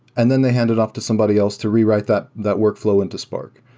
and then they hand it off to somebody else to rewrite that that workflow into spark.